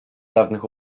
dawnych